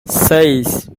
seis